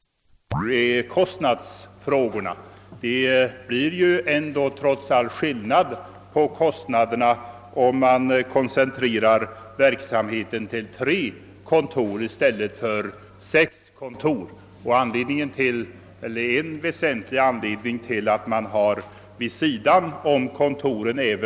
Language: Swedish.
Herr talman! Eftersom herr Ståhl har förklarat att han kommer att rösta för bifall till utskottets hemställan och anser sina önskemål tillgodosedda med utskottets förslag skall jag inte replikera honom. Däremot vill jag närmare kommentera en del av vad herr Oskarson yttrade. Han ansåg att man borde förlägga ett värnpliktskontor till varje militärområde. Jag vill understryka att det som varit avgörande för oss inom utskottsmajoriteten när vi följt Kungl. Maj:ts förslag på denna punkt är kostnadsaspekten. Trots allt blir det skillnad på kostnaderna, om verksamheten koncentreras till tre kontor i stället för sex.